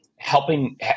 helping